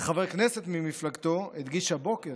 וחבר כנסת ממפלגתו הדגיש הבוקר